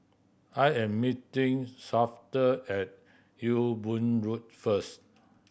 I am meeting Shafter at Ewe Boon Road first